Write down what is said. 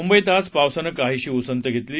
मुंबईत आज पावसानं काहीशी उसंत घेतली आहे